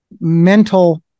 mental